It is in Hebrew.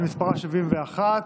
שמספרה פ/71,